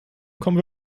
kommen